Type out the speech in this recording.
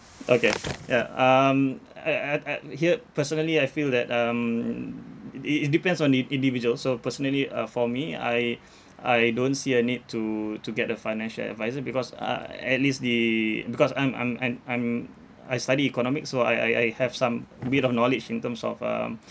okay ya um uh uh uh here personally I feel that um i~ it depends on the individual so personally uh for me I I don't see a need to to get a financial adviser because uh at least the because I'm I'm I'm I'm I study economics so I I I have some a bit of knowledge in terms of um